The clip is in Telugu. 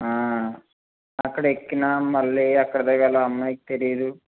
అక్కడ ఎక్కినా మళ్ళీ ఎక్కడ దిగాలో అమ్మాయికి తెలీదు